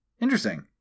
interesting